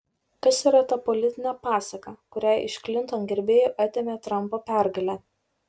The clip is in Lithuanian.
kas yra ta politinė pasaka kurią iš klinton gerbėjų atėmė trampo pergalė